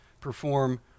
perform